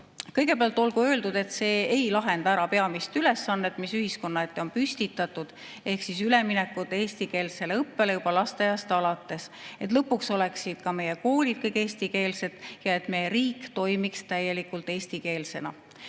Kõigepealt olgu öeldud, et see ei lahenda ära peamist ülesannet, mis ühiskonna ette on püstitatud, ehk üleminekut eestikeelsele õppele juba lasteaiast alates, et lõpuks oleksid ka meie koolid kõik eestikeelsed ja et meie riik toimiks täielikult eestikeelsena.